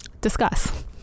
Discuss